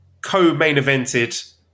co-main-evented